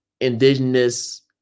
indigenous